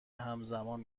همزمان